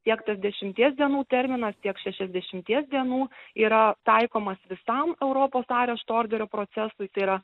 tiek tas dešimties dienų terminas tiek šešiasdešimties dienų yra taikomas visam europos arešto orderio procesui tai yra